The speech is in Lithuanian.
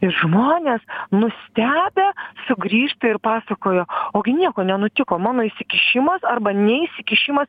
ir žmonės nustebę sugrįžta ir pasakoja ogi nieko nenutiko mano įsikišimas arba neįsikišimas